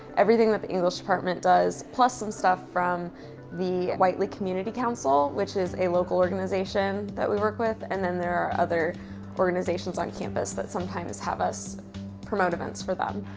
everything that the english department does plus some stuff from the whitely community council, which is a local organization that we work with and then there are other organizations on campus that sometimes have us promote events for them,